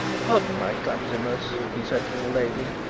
pardon my clumsiness, he said to the lady.